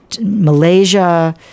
Malaysia